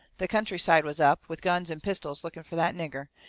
the country-side was up, with guns and pistols looking fur that nigger.